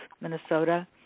Minnesota